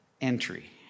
entry